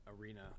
arena